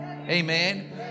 Amen